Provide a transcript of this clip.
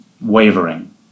wavering